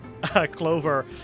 Clover